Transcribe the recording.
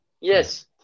Yes